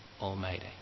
almighty